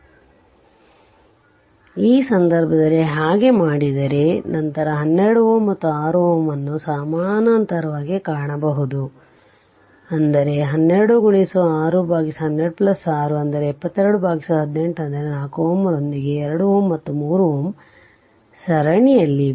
ಆದ್ದರಿಂದ ಈ ಸಂದರ್ಭದಲ್ಲಿ ಹಾಗೆ ಮಾಡಿದರೆ ನಂತರ 12 Ω ಮತ್ತು 6 Ω ಅನ್ನು ಸಮಾನಾಂತರವಾಗಿ ಕಾಣಬಹುದು ಅಂದರೆ 12 6 12 6 72 1 8 4 Ω ರೊಂದಿಗೆ 2 Ω ಮತ್ತು 3Ω ಸರಣಿಯಲ್ಲಿವೆ